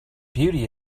beauty